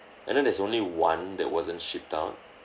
and then there's only one that wasn't shipped out